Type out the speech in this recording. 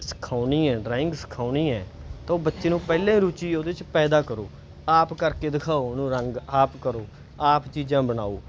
ਸਿਖਾਉਣੀ ਹੈ ਡਰਾਇੰਗ ਸਿਖਾਉਣੀ ਹੈ ਤਾਂ ਉਹ ਬੱਚੇ ਨੂੰ ਪਹਿਲਾਂ ਰੁਚੀ ਉਹਦੇ 'ਚ ਪੈਦਾ ਕਰੋ ਆਪ ਕਰਕੇ ਦਿਖਾਓ ਉਹਨੂੰ ਰੰਗ ਆਪ ਕਰੋ ਆਪ ਚੀਜ਼ਾਂ ਬਣਾਓ